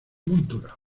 montura